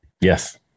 Yes